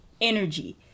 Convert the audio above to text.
energy